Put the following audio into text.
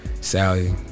sally